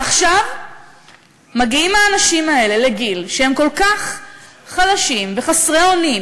עכשיו מגיעים האנשים האלה לגיל שהם כל כך חלשים וחסרי אונים,